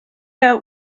note